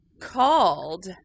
called